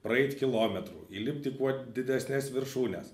praeit kilometrų įlipt į kuo didesnes viršūnes